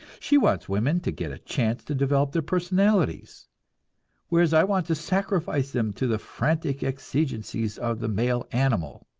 she wants women to get a chance to develop their personalities whereas i want to sacrifice them to the frantic exigencies of the male animal!